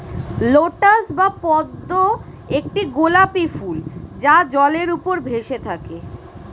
lotus বা পদ্ম একটি গোলাপী ফুল যা জলের উপর ভেসে থাকে